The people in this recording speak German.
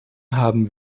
haben